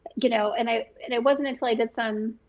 you know and i and it wasn't until i did some